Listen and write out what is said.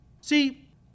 See